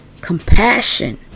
compassion